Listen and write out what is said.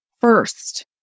first